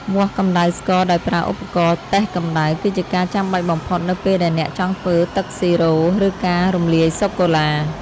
វាស់កម្ដៅស្ករដោយប្រើឧបករណ៍តេស្តកម្ដៅ គឺជាការចាំបាច់បំផុតនៅពេលដែលអ្នកចង់ធ្វើទឹកស៊ីរ៉ូ ឬការរំលាយសូកូឡា។